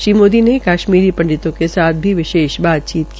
श्री मोदी ने कश्मीरी ॅ पंडितों के साथ भी विशेष बातचीत की